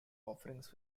offerings